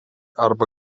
arba